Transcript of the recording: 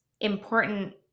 important